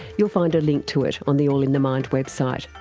you'll find a link to it on the all in the mind website.